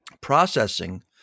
processing